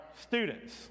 students